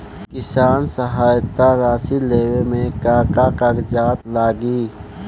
किसान सहायता राशि लेवे में का का कागजात लागी?